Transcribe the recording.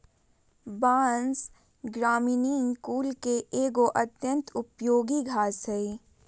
बाँस, ग्रामिनीई कुल के एगो अत्यंत उपयोगी घास हइ